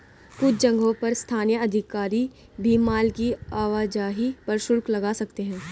कुछ जगहों पर स्थानीय अधिकारी भी माल की आवाजाही पर शुल्क लगा सकते हैं